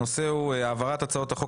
על סדר-היום: העברת החוק